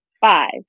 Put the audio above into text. Five